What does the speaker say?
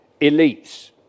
elites